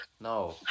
No